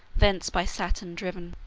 thence by saturn driven.